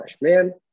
man